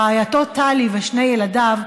רעייתו טלי ושני ילדיו,